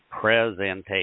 presentation